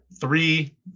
Three